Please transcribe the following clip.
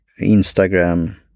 instagram